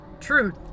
truth